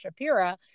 Shapira